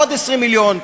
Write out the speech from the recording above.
עוד 20 מיליון,